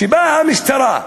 כשבאה המשטרה,